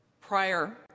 prior